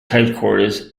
headquarters